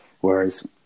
Whereas